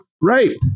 right